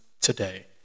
today